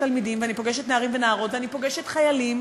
תלמידים ואני פוגשת נערים ונערות ואני פוגשת חיילים,